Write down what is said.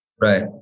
right